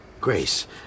Grace